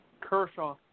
Kershaw